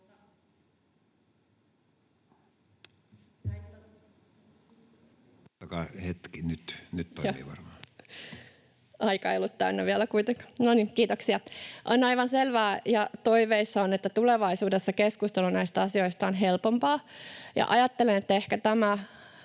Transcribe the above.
Aika ei ollut täynnä vielä kuitenkaan. No niin, kiitoksia. On aivan selvää ja toiveissa on, että tulevaisuudessa keskustelu näistä asioista on helpompaa. Ajattelen, että ehkä tämä